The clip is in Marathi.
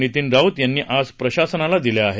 नितीन राऊत यांनी आज प्रशासनाला दिल्या आहेत